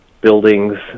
buildings